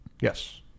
Yes